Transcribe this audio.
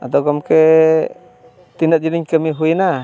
ᱟᱫᱚ ᱜᱚᱢᱠᱮ ᱛᱤᱱᱟᱹᱜ ᱫᱤᱱᱤᱧ ᱠᱟᱹᱢᱤ ᱦᱩᱭᱱᱟ